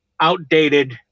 outdated